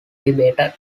debated